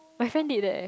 my friend did leh